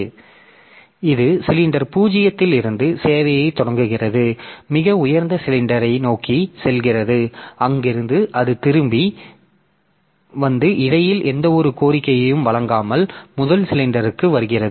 எனவே இது சிலிண்டர் 0 இலிருந்து சேவையைத் தொடங்குகிறது மிக உயர்ந்த சிலிண்டரை நோக்கிச் செல்கிறது அங்கிருந்து அது திரும்பி வந்து இடையில் எந்தவொரு கோரிக்கையையும் வழங்காமல் முதல் சிலிண்டருக்கு வருகிறது